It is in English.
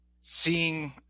seeing